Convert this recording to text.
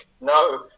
No